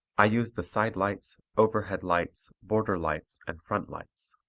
i use the side lights, overhead lights, border lights, and front lights.